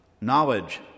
Knowledge